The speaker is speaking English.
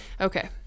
Okay